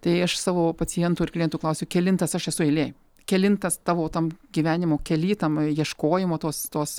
tai aš savo pacientų ir klientų klausiu kelintas aš esu eilėj kelintas tavo tam gyvenimo kely tam ieškojimo tos tos